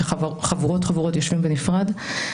שחבורות-חבורות יושבות בנפרד.